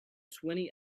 twenty